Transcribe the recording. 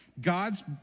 God's